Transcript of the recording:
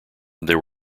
there